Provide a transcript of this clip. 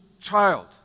child